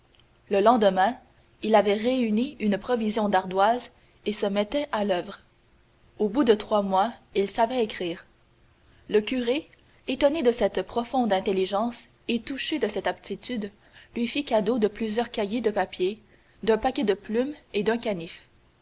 le lendemain il avait réuni une provision d'ardoises et se mettait à l'oeuvre au bout de trois mois il savait écrire le curé étonné de cette profonde intelligence et touché de cette aptitude lui fit cadeau de plusieurs cahiers de papier d'un paquet de plumes et d'un canif